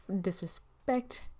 disrespect